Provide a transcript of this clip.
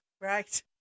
Right